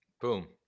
Boom